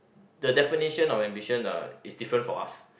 the definition of ambition uh is different for us